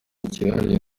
kihariye